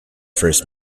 first